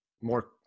more